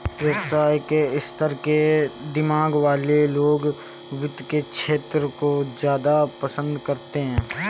व्यवसाय के स्तर के दिमाग वाले लोग वित्त के क्षेत्र को ज्यादा पसन्द करते हैं